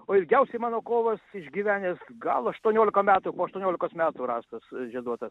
o ilgiausiai mano kovas išgyvenęs gal aštuoniolika metų po aštuoniolikos metų rastas žieduotas